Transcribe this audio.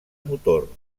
motor